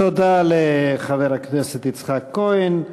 תודה לחבר הכנסת יצחק כהן.